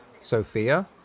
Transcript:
Sophia